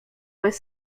bez